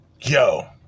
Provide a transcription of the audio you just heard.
Yo